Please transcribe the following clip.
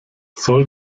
soll